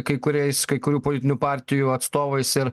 kai kuriais kai kurių politinių partijų atstovais ir